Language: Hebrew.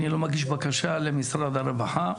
אני לא מגיש בקשה למשרד הרווחה,